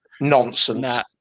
nonsense